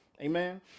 Amen